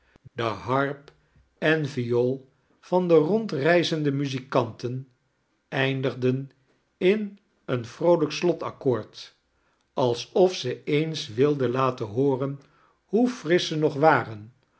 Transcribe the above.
de harp en viool van de rondreizende muzikanten eindigdea in een vroolijk slotakkoord alsof ze eens wilden laten hooren hoe frisch ze nog waren